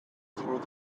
through